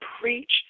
preach